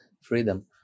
freedom